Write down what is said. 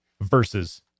versus